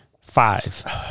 Five